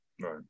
right